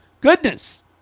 goodness